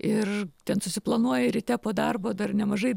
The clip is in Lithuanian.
ir ten susiplanuoji ryte po darbo dar nemažai